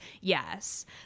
yes